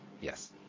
Yes